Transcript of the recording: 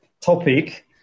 topic